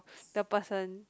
the person